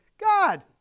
God